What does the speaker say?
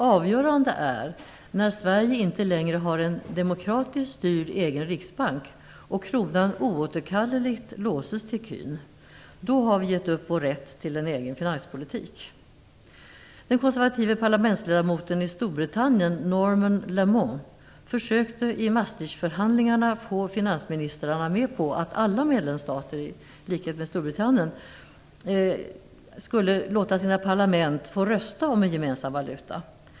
Avgörande är när Sverige inte längre har en demokratiskt styrd egen riksbank och kronan oåterkalleligt låses till ecun. Då har vi gett upp vår rätt till en egen finanspolitik. Maastrichtförhandlingarna att få finansministrarna med på att alla medlemsstater i likhet med Storbritannien skulle låta sina parlament få rösta om en gemensam valuta.